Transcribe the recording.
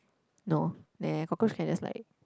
no neh cockroach can just like